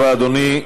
תודה רבה, אדוני.